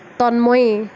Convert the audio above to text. Tanmoyee